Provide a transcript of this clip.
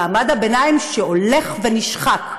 מעמד הביניים שהולך ונשחק.